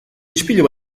ispilu